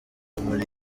muri